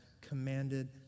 commanded